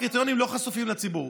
הקריטריונים לא חשופים לציבור,